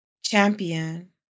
Champion